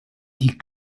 die